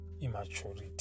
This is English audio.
immaturity